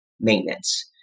maintenance